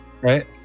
Right